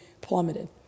plummeted